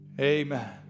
amen